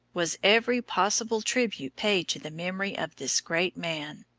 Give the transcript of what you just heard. was every possible tribute paid to the memory of this great man.